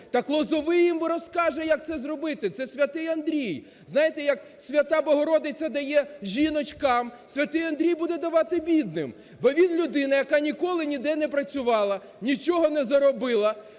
Так Лозовой їм розкаже, як це зробити, це святий Андрій. Знаєте, як Свята Богородиця дає жіночкам, святий Андрій буде давати бідним. Бо він людина, яка ніколи ніде не працювала, нічого не заробила,